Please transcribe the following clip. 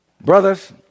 Brothers